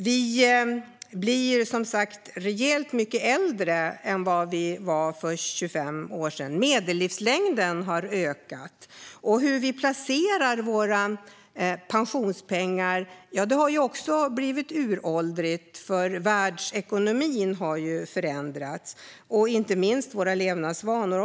Vi blir rejält mycket äldre än vad vi blev för 25 år sedan - medellivslängden har ökat. Och sättet vi placerar våra pensionspengar på har blivit uråldrigt, för världsekonomin har ju förändrats, liksom våra levnadsvanor.